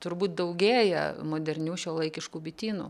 turbūt daugėja modernių šiuolaikiškų bitynų